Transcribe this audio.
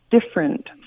different